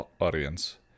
audience